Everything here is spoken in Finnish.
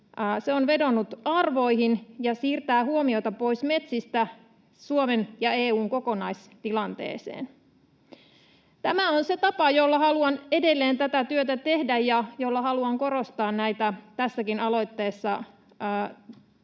Se ”vetoaa arvoihin” ja siirtää huomiota pois metsistä Suomen ja EU:n kokonaistilanteeseen. Tämä on se tapa, jolla haluan edelleen tätä työtä tehdä ja jolla haluan korostaa tätä tässäkin valiokunnassa